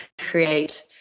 create